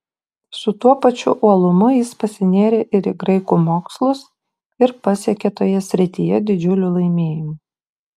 su tuo pačiu uolumu jis pasinėrė ir į graikų mokslus ir pasiekė toje srityje didžiulių laimėjimų